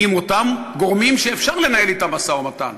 עם אותם גורמים שאפשר לנהל אתם משא-ומתן.